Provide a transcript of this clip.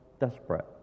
desperate